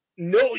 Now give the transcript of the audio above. No